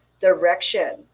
direction